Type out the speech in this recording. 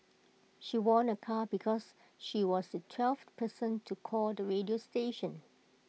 she won A car because she was the twelfth person to call the radio station